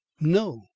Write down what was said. no